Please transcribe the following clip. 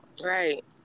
Right